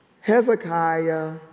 Hezekiah